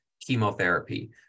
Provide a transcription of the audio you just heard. chemotherapy